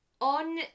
on